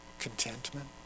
contentment